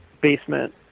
basement